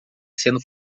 sendo